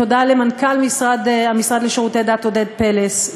תודה למנכ"ל המשרד לשירותי דת עודד פלס,